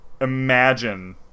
imagine